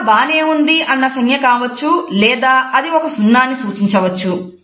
అంతా బానే ఉంది అన్న సంజ్ఞ కావచ్చు లేదా అది ఒక సున్నా ని సూచించవచ్చు